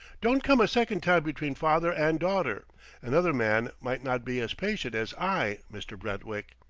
don't come a second time between father and daughter another man might not be as patient as i, mister brentwick.